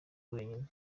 wenyine